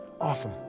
Awesome